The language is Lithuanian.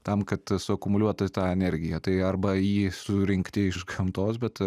tam kad suakumuliuoti tą energiją tai arba jį surinkti iš gamtos bet